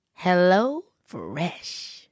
HelloFresh